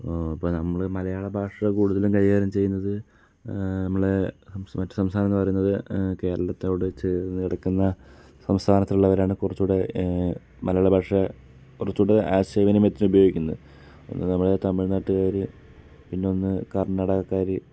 ഇപ്പോൾ നമ്മള് മലയാള ഭാഷ കൂടുതലും കൈകാര്യം ചെയ്യുന്നത് നമ്മള് മറ്റ് സംസ്ഥാനത്തിൽ നിന്ന് വരുന്നത് കേരളത്തോട് ചേർന്ന് കിടക്കുന്ന സംസ്ഥാനത്തിലുള്ളവരാണ് കുറച്ചും കൂടെ മലയാള ഭാഷാ കുറച്ചും കൂടെ ആശയ വിനിമയം വച്ച് ഉപയോഗിക്കുന്നത് പിന്നെ നമ്മുടെ തമിഴ്നാട്ട്കാര് പിന്നെ ഒന്ന് കർണ്ണാടകക്കാര്